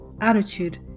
attitude